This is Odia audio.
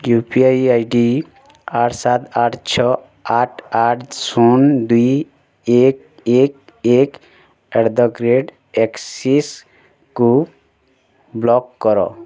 ୟୁ ପି ଆଇ ଆଇଡ଼ି ଆଠ ସାତ ଆଠ ଛଅ ଆଠ ଆଠ ଶୁନ ଦୁଇ ଏକ ଏକ ଏକ ଆଟ୍ ଦ ରେଟ୍ ଆକ୍ସିସ୍ କୁ ବ୍ଲକ୍ କର